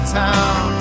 town